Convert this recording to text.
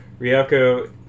Ryoko